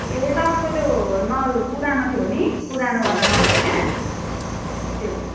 ए तपाईँको त्यो नल पुरानो थियो नि पुरानोवाला नल होइन त्यो